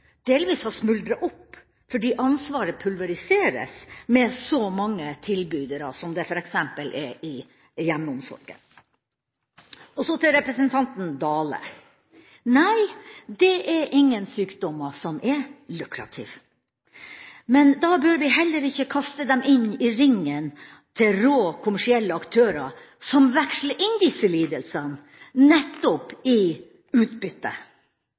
delvis har smuldret opp fordi ansvaret pulveriseres med så mange tilbydere som det f.eks. er i hjemmeomsorgen. Så til representanten Dale: Nei, det er ingen sykdommer som er lukrative, men da bør vi heller ikke kaste dem inn i ringen til råe kommersielle aktører som veksler disse lidelsene inn nettopp i utbytte,